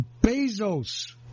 Bezos